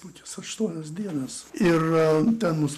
kokias aštuonias dienas ir ten mus